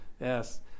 Yes